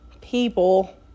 people